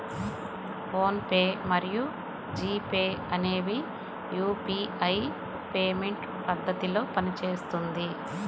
phone pay మరియు GPay అనేవి UPI payment పద్ధతిలో పనిచేస్తుంది